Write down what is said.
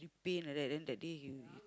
pain like that then that day he he